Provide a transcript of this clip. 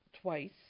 twice